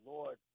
Lord